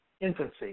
infancy